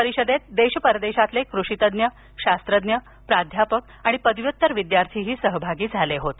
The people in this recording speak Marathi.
परिषदेत देश परदेशातील कृषि तज्ञ शास्त्रज्ञ प्राध्यापक आणि पदव्युत्तर विद्यार्थी सहभागी झाले होते